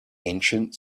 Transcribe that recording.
ancient